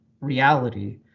reality